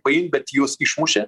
paimt bet juos išmušė